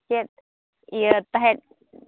ᱪᱮᱫ ᱤᱭᱟᱹ ᱛᱟᱦᱮᱸᱜ